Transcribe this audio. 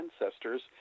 ancestors